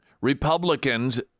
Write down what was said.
Republicans